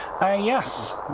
Yes